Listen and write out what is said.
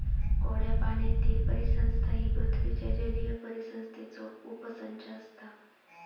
गोड्या पाण्यातीली परिसंस्था ही पृथ्वीच्या जलीय परिसंस्थेचो उपसंच असता